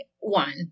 one